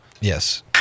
Yes